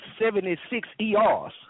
76ers